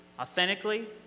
authentically